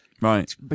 Right